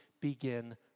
begin